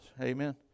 Amen